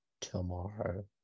tomorrow